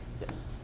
yes